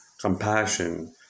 compassion